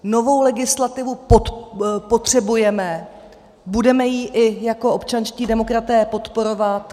Novou legislativu potřebujeme, budeme ji i jako občanští demokraté podporovat.